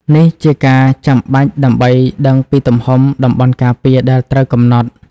នេះជាការចាំបាច់ដើម្បីដឹងពីទំហំតំបន់ការពារដែលត្រូវកំណត់។